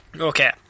Okay